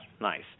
nice